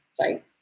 right